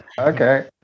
okay